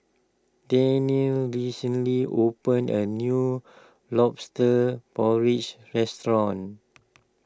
Daniele recently opened a new Lobster Porridge restaurant